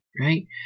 right